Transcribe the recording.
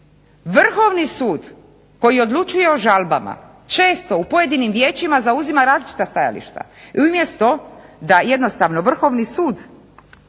Vrhovni sud koji odlučuje o žalbama često u pojedinim vijećima zauzima različita stajališta.